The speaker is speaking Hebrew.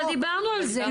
אבל דיברנו על זה.